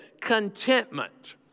contentment